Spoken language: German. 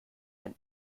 ein